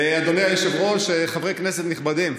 אדוני היושב-ראש, חברי כנסת נכבדים,